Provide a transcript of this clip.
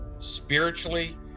spiritually